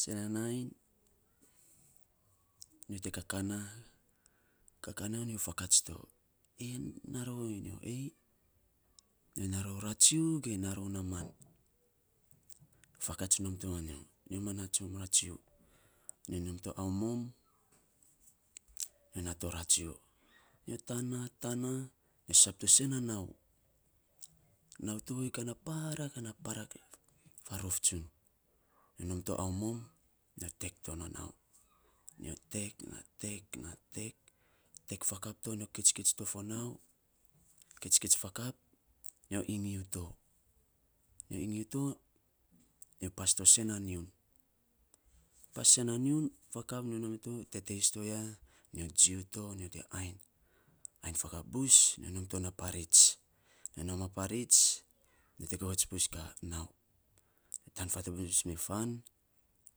Se nanainy nyo te kakaa na, kakaa na nyo fakats to, ee, naa ronyo ei? Nyo naa rou ratsiu ge naa rou naaman fakats nom to manyo, nyo ma naa tsom ratsiu, nyo nom to aumoum nyo naa to ratsiu. Nyo taan naa taan naa, nyo sab to sen na nau. Nau tovei, ka na parak ana parak faarof tsun. Nyo nom to aumoum, nyo tek to na nau. Nyo tek, na tek na tek, tek fakap to, nyo kitskits to fo nau, kitskits fakap, nyo iinyiu to nyo iinyu to, nyo pas to sen na nyiun. Pas sen na nyiun, fakap nyo naa mito, nyo teteis to ya. Nyo jiu to, nyo te ainy, ainy fakap bus. Nyo nom to na pareits. Nyo nom a pareits, nyo te govets bus ka nau taan fatabin bbus mee fan,